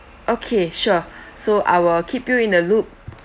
okay sure so I will keep you in the loop